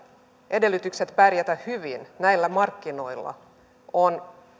edellytykset pärjätä hyvin näillä markkinoilla ovat